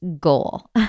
goal